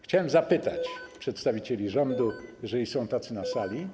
Chciałbym zapytać przedstawicieli rządu, jeżeli są tacy na sali.